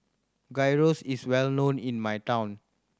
gyros is well known in my town